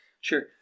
Sure